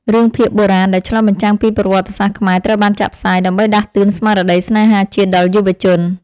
រឿងភាគបុរាណដែលឆ្លុះបញ្ចាំងពីប្រវត្តិសាស្ត្រខ្មែរត្រូវបានចាក់ផ្សាយ ដើម្បីដាស់តឿនស្មារតីស្នេហាជាតិដល់យុវជន។